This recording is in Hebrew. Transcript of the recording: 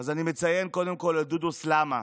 אז אני מציין קודם כול את דודו סלמה,